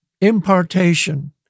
impartation